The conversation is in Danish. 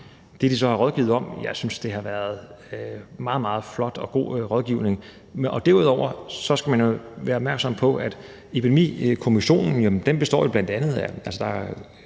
det, de så har rådgivet om, har været en meget, meget flot og god rådgivning. Derudover skal man være opmærksom på, at Epidemikommissionen bl.a. består af